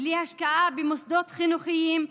בלי השקעה במוסדות חינוכיים,